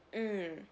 mm